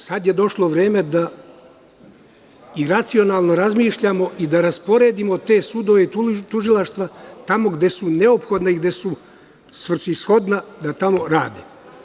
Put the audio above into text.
Sad je došlo vreme da i racionalno razmišljamo i da rasporedimo te sudove i tužilaštva tamo gde su neophodna i gde su svrsishodna da tamo rade.